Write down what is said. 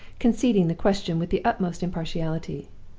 conceding the question with the utmost impartiality.